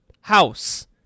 house